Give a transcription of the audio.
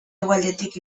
hegoaldetik